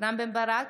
רם בן ברק,